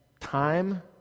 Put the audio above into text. time